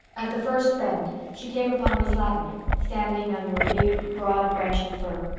at the first bend she came upon miss lavendar, standing under a big, broad-branching fir.